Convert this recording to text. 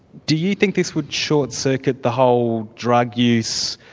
do you think this would short-circuit the whole drug use,